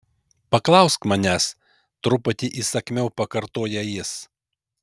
paklausk manęs truputį įsakmiau pakartoja jis